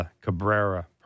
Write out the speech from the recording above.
Cabrera